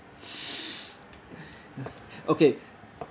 okay